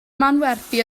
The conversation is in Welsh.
manwerthu